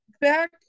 back